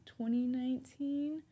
2019